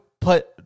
put